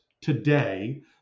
today